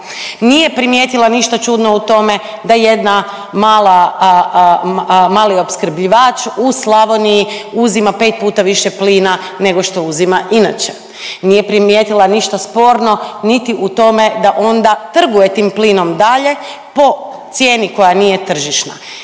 Nije primijetila ništa čudno u tome da jedna mala, mali opskrbljivač u Slavoniji uzima 5 puta više plina nego što uzima inače. Nije primijetila ništa sporno niti u tome da onda trguje tim plinom dalje po cijeni koja nije tržišna.